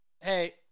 hey